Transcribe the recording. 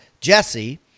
Jesse